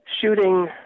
shooting